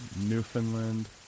Newfoundland